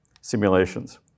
simulations